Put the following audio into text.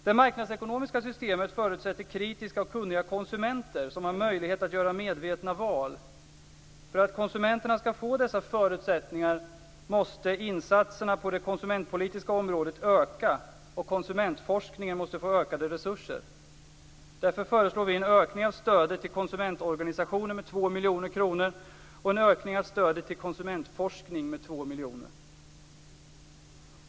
Det marknadsekonomiska systemet förutsätter kritiska och kunniga konsumenter som har möjlighet att göra medvetna val. För att konsumenterna skall få dessa förutsättningar måste insatserna på det konsumentpolitiska området öka och konsumentforskningen få ökade resurser. Därför föreslår vi en ökning av stödet till konsumentorganisationer med 2 miljoner kronor och en ökning av stödet till konsumentforskning med 2 miljoner.